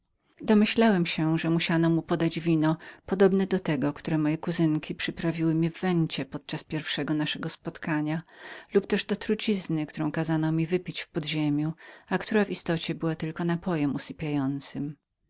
domyślałem się że musiano mu podać wino podobne do tego które moje kuzynki przyprawiły mi w vencie podczas pierwszego naszego spotkania lub też do trucizny którą kazano mi wypić w podziemiu a która w istocie była tylko napojem usypiającym